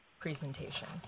presentation